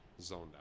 Zoned